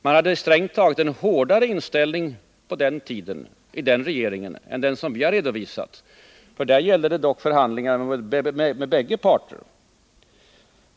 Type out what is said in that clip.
Man hade strängt taget en hårdare inställning på den tiden i den regeringen än den som vi har redovisat, för då gällde det dock förhandlingar med bägge parter.